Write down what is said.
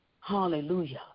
hallelujah